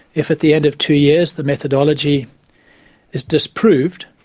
if at the end of two years the methodology is disproved,